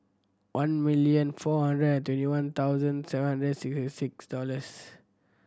one million four hundred and twenty one thousand seven hundred and sixty six dollors